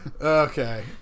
Okay